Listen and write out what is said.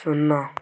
ଶୂନ